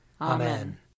Amen